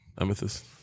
Amethyst